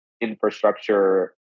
infrastructure